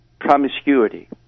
promiscuity